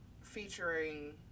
featuring